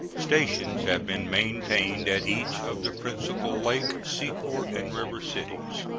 stations have been maintained at each of the principal lake, seaport, and river cities.